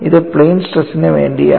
ഇത് plane stress ന് വേണ്ടിയാണ്